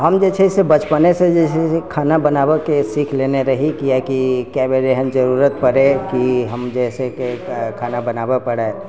हम जेछै से बचपनेसँ जेछै से खाना बनाबऽके सीख लेने रही किआकि कतेक बेर एहन जरूरत पड़ै कि हम जइसे कि खाना बनाबऽ पड़ै